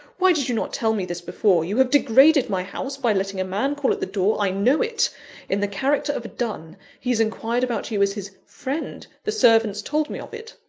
why did you not tell me this before? you have degraded my house by letting a man call at the door i know it in the character of a dun. he has inquired about you as his friend the servants told me of it.